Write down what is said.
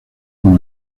con